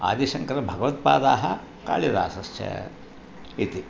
आदिशङ्करभगवत्पादाः कालिदासश्च इति